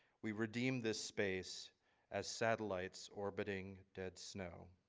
we redeem this space as satellites orbiting dead snow.